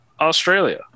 Australia